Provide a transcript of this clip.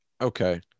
okay